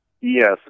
Yes